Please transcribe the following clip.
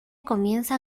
comienza